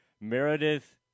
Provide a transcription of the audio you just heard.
Meredith